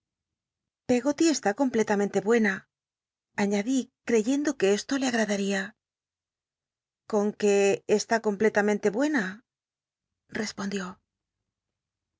peggoty está completamente buena añadí creycndo que esto le agradaría con que está completamente buena respondió